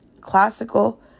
classical